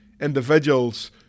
Individuals